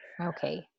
okay